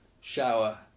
Shower